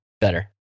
better